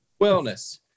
wellness